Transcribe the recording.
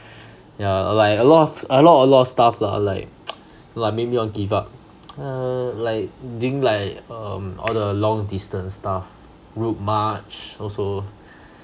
yeah like a lot of a lot a lot of stuff lah like like make you want give up uh like doing like um all the long distance stuff road march also